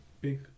big